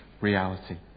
reality